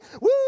Woo